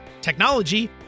technology